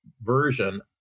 version